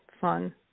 fun